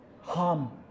harm